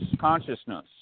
consciousness